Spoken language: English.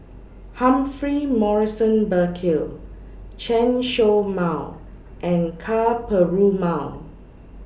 Humphrey Morrison Burkill Chen Show Mao and Ka Perumal